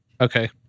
Okay